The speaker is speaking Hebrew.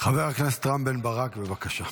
חבר הכנסת רם בן ברק, בבקשה.